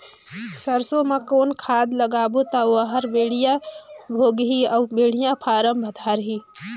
सरसो मा कौन खाद लगाबो ता ओहार बेडिया भोगही अउ बेडिया फारम धारही?